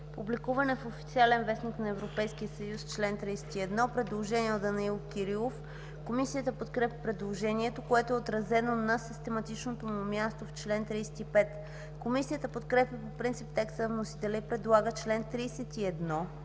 „Публикуване в „Официален вестник” на Европейския съюз” – чл. 31. Предложение от Данаил Кирилов. Комисията подкрепя предложението, което е отразено на систематичното му място в чл. 35. Комисията подкрепя по принцип текста на вносителя и предлага чл. 31